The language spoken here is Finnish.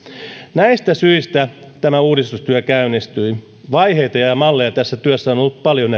näistä syistä tämä uudistustyö käynnistyi vaiheita ja ja malleja tässä työssä on ollut paljon